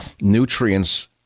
nutrients